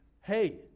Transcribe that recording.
Hey